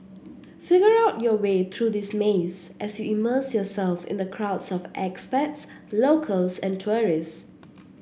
figure out your way through this maze as you immerse yourself in the crowds of expats locals and tourists